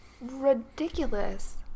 ridiculous